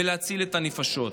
ולהציל את הנפשות.